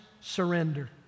surrender